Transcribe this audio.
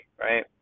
right